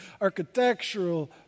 architectural